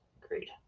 Great